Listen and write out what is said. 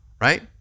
right